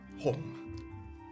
Home